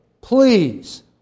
Please